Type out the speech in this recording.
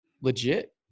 legit